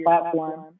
platform